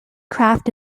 craft